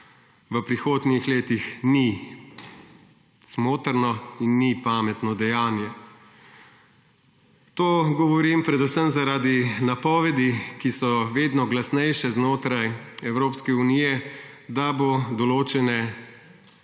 v prihodnjih letih, ni smotrno in ni pametno dejanje. To govorim predvsem zaradi napovedi, ki so vedno glasnejše znotraj Evropske unije, da bo določene